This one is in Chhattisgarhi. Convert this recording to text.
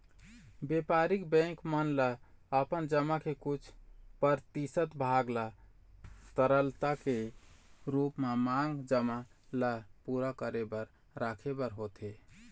बेपारिक बेंक मन ल अपन जमा के कुछ परतिसत भाग ल तरलता के रुप म मांग जमा ल पुरा करे बर रखे बर होथे